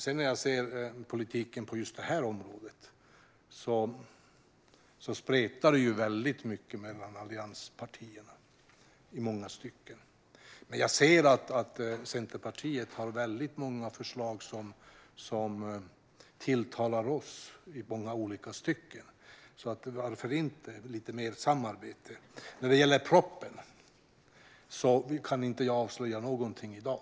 När det gäller politiken på just det här området spretar det ju väldigt mycket mellan allianspartierna i många stycken. Men jag ser att Centerpartiet har många förslag som tilltalar oss i många olika stycken, så varför inte lite mer samarbete? När det gäller propositionen kan jag inte avslöja någonting i dag.